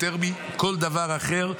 יותר מכל דבר אחר,